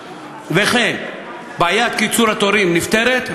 שבעיית התורים נפתרת,